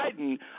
Biden